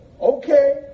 Okay